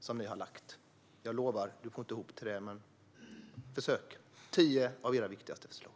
Jag lovar att du inte får ihop så många, men gör ett försök.